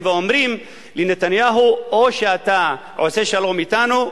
ואומרים לנתניהו: או שאתה עושה שלום אתנו,